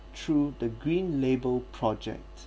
through the green label project